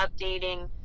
updating